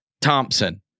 Thompson